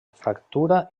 fractura